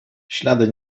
ślady